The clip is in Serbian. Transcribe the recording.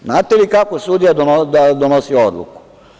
Znate li kako je sudija donosio odluku?